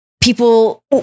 people